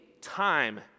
time